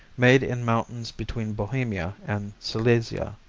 made in mountains between bohemia and silesia.